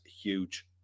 huge